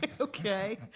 Okay